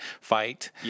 fight